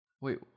Wait